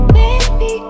baby